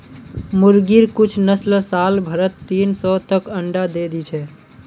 मुर्गिर कुछ नस्ल साल भरत तीन सौ तक अंडा दे दी छे